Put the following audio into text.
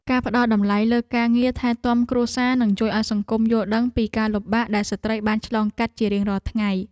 ការផ្តល់តម្លៃលើការងារថែទាំគ្រួសារនឹងជួយឱ្យសង្គមយល់ដឹងពីការលំបាកដែលស្ត្រីបានឆ្លងកាត់ជារៀងរាល់ថ្ងៃ។